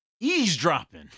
eavesdropping